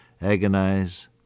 agonize